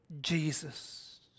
jesus